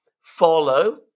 follow